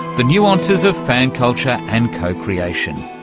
the nuances of fan culture and co-creation.